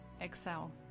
excel